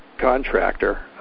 contractor